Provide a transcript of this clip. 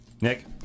Nick